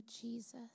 Jesus